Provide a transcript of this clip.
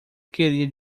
queria